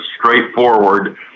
straightforward